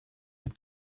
mit